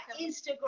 Instagram